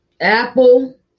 Apple